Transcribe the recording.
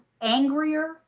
angrier